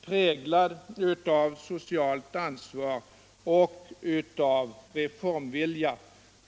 präglad av socialt ansvar och av reformvilja.